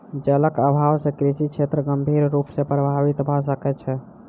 जलक अभाव से कृषि क्षेत्र गंभीर रूप सॅ प्रभावित भ सकै छै